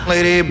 Lady